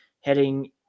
heading